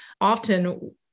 often